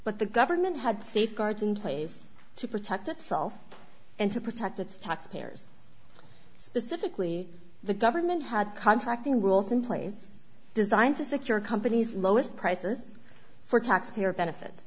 but the government had safeguards in place to protect itself and to protect its taxpayers specifically the government had contracting rules in place designed to secure a company's lowest prices for taxpayer benefit